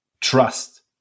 trust